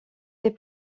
des